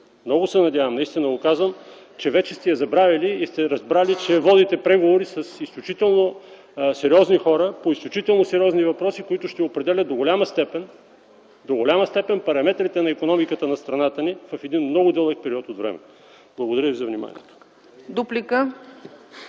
Много се надявам наистина, че вече сте забравили тази конюнктурщина и сте разбрали, че водите преговори с изключително сериозни хора по изключително сериозни въпроси, които ще определят до голяма степен параметрите на икономиката на страната ни в един много дълъг период от време. Благодаря ви за вниманието.